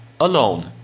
alone